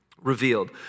revealed